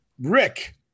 Rick